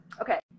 Okay